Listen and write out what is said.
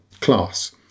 class